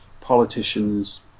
politicians